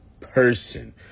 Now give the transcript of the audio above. person